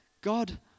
God